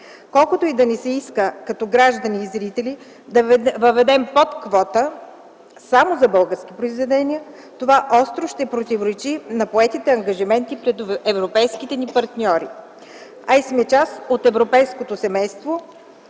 Колкото и да ни се иска като граждани и зрители да въведем подквота само за български произведения, това остро ще противоречи на поетите ангажименти пред европейските ни партньори, а и сме част от европейското семейство